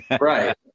Right